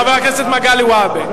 חבר הכנסת מגלי והבה.